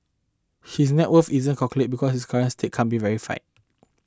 his net worth isn't calculated because his current stake can't be verified